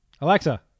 Alexa